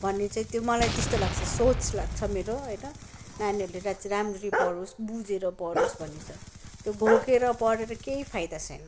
भन्ने चाहिँ त्यो मलाई त्यस्तो लाग्छ सोच लाग्छ मेरो होइन नानीहरू राम्ररी पढोस् बुझेर पढोस् भन्ने छ त्यो घोकेर पढेर केही फायदा छैन